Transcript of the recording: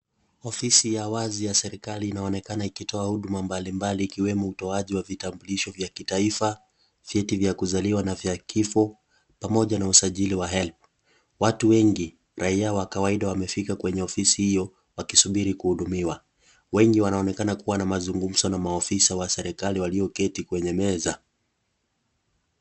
Ofisi ya wazi ya serikali inaonekana ikitoa huduma mbalimbali ikiwemo utoaji wa vitambulisho vya kitaifa, vyeti vya kuzaliwa na vya kifo, pamoja na usajili wa HELB. Watu wengi, raiya wa kawaida wamefika kwenye ofisi hiyo, wakisubiri kuhudumiwa. Wengi wanaonekana kuwana mazungumzo na maofisa wa serikali walioketi kwenye meza.